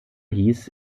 hieß